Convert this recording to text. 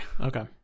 Okay